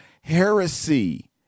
heresy